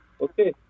okay